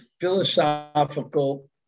philosophical